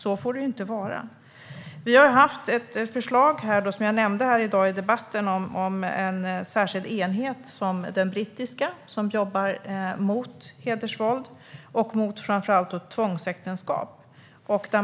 Så får det ju inte vara. Som jag har nämnt här i dag har vi haft ett förslag om en särskild enhet, lik den brittiska, som jobbar mot hedersvåld och mot framför allt tvångsäktenskap.